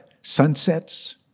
Sunsets